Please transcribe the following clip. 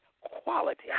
quality